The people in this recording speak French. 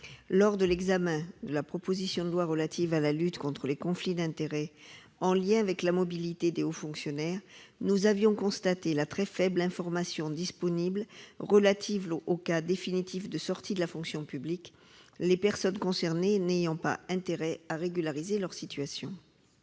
Lors de l'examen de la proposition de loi visant à renforcer la prévention des conflits d'intérêts liés à la mobilité des hauts fonctionnaires, nous avions constaté la grande faiblesse de l'information disponible concernant les cas définitifs de sortie de la fonction publique, les personnes concernées n'ayant pas intérêt à régulariser leur situation.